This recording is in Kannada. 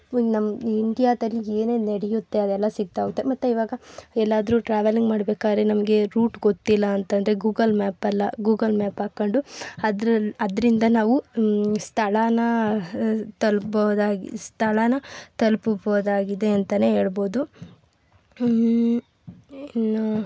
ಒಂದು ನಮ್ಮ ಇಂಡ್ಯಾದಲ್ಲಿ ಏನೇನು ನಡಿಯುತ್ತೆ ಅದೆಲ್ಲ ಸಿಗ್ತಾಹೋಗುತ್ತೆ ಮತ್ತೆ ಈವಾಗ ಎಲ್ಲಾದ್ರೂ ಟ್ರಾವೆಲಿಂಗ್ ಮಾಡ್ಬೇಕಾದರೆ ನಮಗೆ ರೂಟ್ ಗೊತ್ತಿಲ್ಲ ಅಂತಂದ್ರೆ ಗೂಗಲ್ ಮ್ಯಾಪಲ್ಲ ಗೂಗಲ್ ಮ್ಯಾಪ್ ಹಾಕೊಂಡು ಅದ್ರಲ್ಲಿ ಅದರಿಂದ ನಾವು ಸ್ಥಳನ ತಲುಪಬೋದಾಗಿ ಸ್ಥಳನ ತಲುಪ್ಬೋದಾಗಿದೆ ಅಂತನೆ ಹೇಳ್ಬೋದು ಇನ್ನೂ